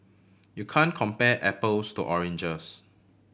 you can compare apples to oranges